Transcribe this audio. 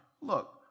Look